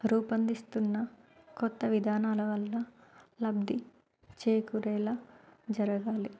రూపొందిస్తున్న కొత్త విధానాల వలన లబ్ధి చేకూరేలా జరగాలి